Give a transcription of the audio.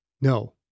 No